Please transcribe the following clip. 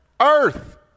Earth